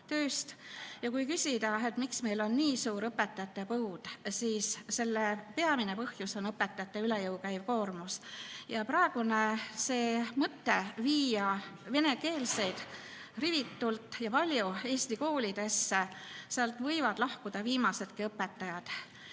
Kui küsida, miks meil on nii suur õpetajate põud, siis selle peamine põhjus on õpetajate üle jõu käiv koormus. Ja praegune mõte viia venekeelseid rivitult ja palju eesti koolidesse, [võib viia selleni, et] sealt võivad lahkuda viimasedki õpetajad.